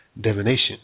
divination